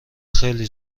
خیلی